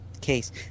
case